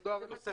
נוסף